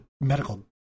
medical